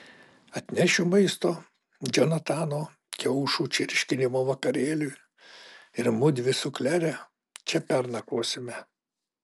atnešiu maisto džonatano kiaušų čirškinimo vakarėliui ir mudvi su klere čia pernakvosime